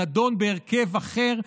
נדון בהרכב אחר,